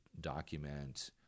document